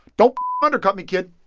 don't undercut me, kid.